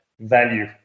value